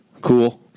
cool